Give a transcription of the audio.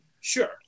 Sure